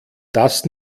das